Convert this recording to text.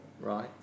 Right